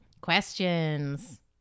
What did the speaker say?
Questions